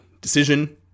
decision